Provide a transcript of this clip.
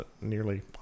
nearly